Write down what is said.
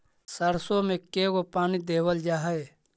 सरसों में के गो पानी देबल जा है?